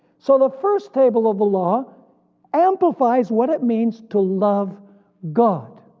so the first table of the law amplifies what it means to love god.